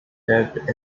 tipped